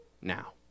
now